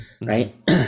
right